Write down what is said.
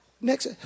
next